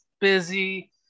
busy